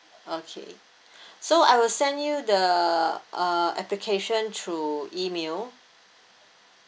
okay so I will send you the uh application through email